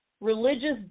religious